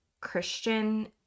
christian